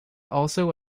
also